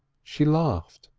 she laughed,